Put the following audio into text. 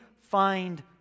find